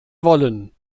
wollen